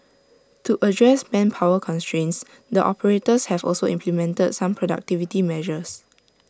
to address manpower constraints the operators have also implemented some productivity measures